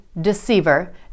Deceiver